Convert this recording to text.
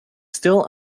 still